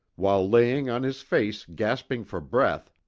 while laying on his face gasping for breath,